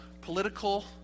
political